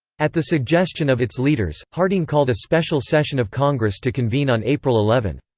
at the suggestion of its leaders, harding called a special session of congress to convene on april eleven.